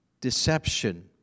deception